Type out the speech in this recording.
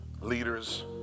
leaders